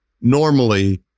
normally